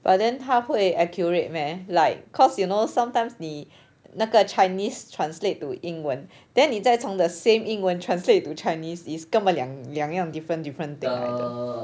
but then 它会 accurate meh like cause you know sometimes 你那个 chinese translate to 英文 then 你在从 the same 英文 translate to chinese is 根本两两样 different different thing 来的